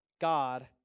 God